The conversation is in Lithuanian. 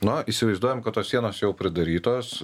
na įsivaizduojam kad tos sienos jau pridarytos